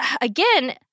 again